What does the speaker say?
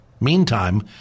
Meantime